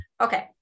Okay